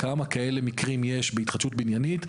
כמה כאלה מקרים יש בהתחדשות בניינית,